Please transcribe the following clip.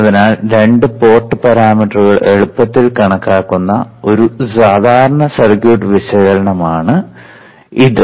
അതിനാൽ രണ്ട് പോർട്ട് പാരാമീറ്ററുകൾ എളുപ്പത്തിൽ കണക്കാക്കുന്ന സാധാരണ സർക്യൂട്ട് വിശകലനമാണ് ഇത്